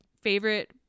favorite